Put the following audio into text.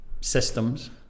systems